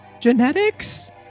Genetics